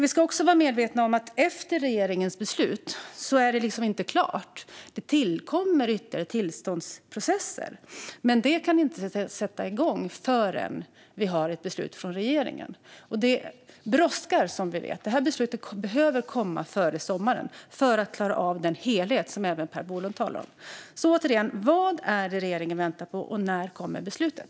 Vi ska också vara medvetna om att det inte är klart efter regeringens beslut. Det tillkommer ytterligare tillståndsprocesser. Men de kan inte sättas igång förrän vi har ett beslut från regeringen. Och det brådskar, som vi vet. Detta beslut behöver komma före sommaren för att man ska klara av den helhet som även Per Bolund talar om. Återigen: Vad är det regeringen väntar på, och när kommer beslutet?